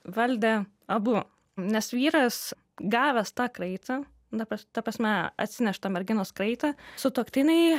valdė abu nes vyras gavęs tą kraitį dabar ta prasme atsineštą merginos kraitį sutuoktinei